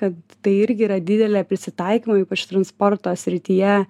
kad tai irgi yra didelė prisitaikymo ypač transporto srityje